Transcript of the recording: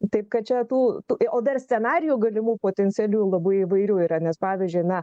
taip kad čia tų o dar scenarijų galimų potencialių labai įvairių yra nes pavyzdžiui na